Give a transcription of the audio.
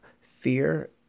fear